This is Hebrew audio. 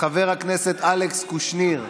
חבר הכנסת אלכס קושניר,